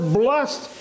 blessed